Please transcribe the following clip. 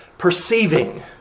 Perceiving